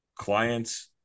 clients